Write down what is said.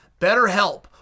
BetterHelp